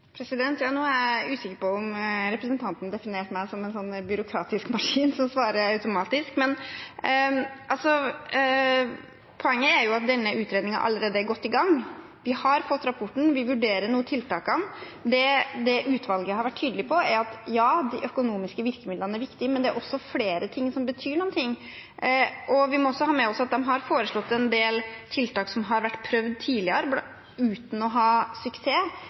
Nå er jeg usikker på om representanten definerte meg som en byråkratisk maskin som svarer automatisk. Poenget er at denne utredningen allerede er godt i gang. Vi har fått rapporten, vi vurderer nå tiltakene. Det utvalget har vært tydelig på, er at de økonomiske virkemidlene er viktige, men det er også flere ting som betyr noe. Vi må også ha med oss at de har foreslått en del tiltak som har vært prøvd tidligere, uten å ha suksess.